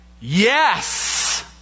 yes